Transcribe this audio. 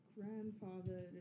grandfather